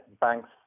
banks